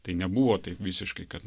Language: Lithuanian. tai nebuvo taip visiškai kad